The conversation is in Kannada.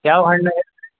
ಯಾವ ಹಣ್ಣು ಹೇಳಿ ರೀ